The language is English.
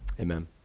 amen